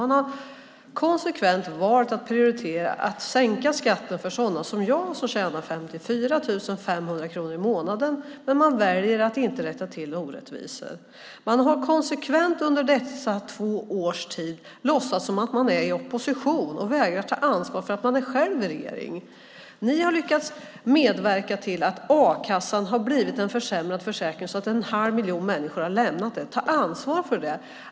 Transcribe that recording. Man har konsekvent valt att prioritera att sänka skatten för sådana som jag, som tjänar 54 500 kronor i månaden, men man väljer att inte rätta till orättvisor. Ni har konsekvent under dessa två år låtsats som om ni är i opposition och vägrar att ta ansvar för att vara en regering. Ni har lyckats medverka till att a-kassan blivit en försämrad försäkring, något som gjort att en halv miljon människor lämnat den. Ta ansvar för det!